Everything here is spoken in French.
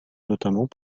notamment